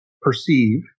perceive